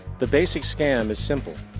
the basic scam is simple.